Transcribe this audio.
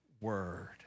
word